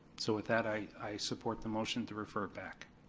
so with that, i i support the motion to refer back.